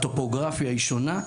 הטופוגרפיה היא שונה.